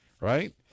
Right